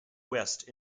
west